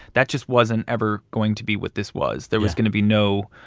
that just wasn't ever going to be what this was. there was going to be no